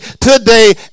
today